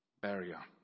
barrier